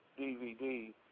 DVD